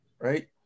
right